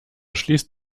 schließt